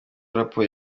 raporo